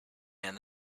and